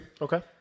Okay